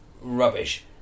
rubbish